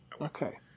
Okay